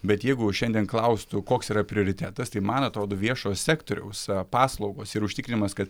bet jeigu šiandien klaustų koks yra prioritetas tai man atrodo viešo sektoriaus paslaugos ir užtikrinimas kad